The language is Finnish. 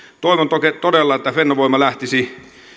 toivon todella todella että fennovoima lähtisi